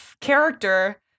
character